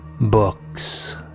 books